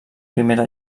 primera